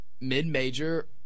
mid-major